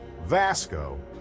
Vasco